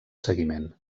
seguiment